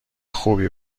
خوبی